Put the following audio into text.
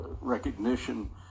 recognition